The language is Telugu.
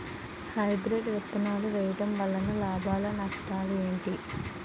హైబ్రిడ్ విత్తనాలు వేయటం వలన లాభాలు నష్టాలు ఏంటి?